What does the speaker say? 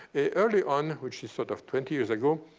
early on, which is sort of twenty years ago